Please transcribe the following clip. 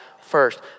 first